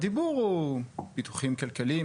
הדיבור הוא פיתוחים כלכליים,